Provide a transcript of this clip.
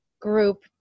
group